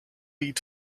eat